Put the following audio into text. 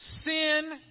Sin